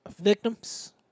Victims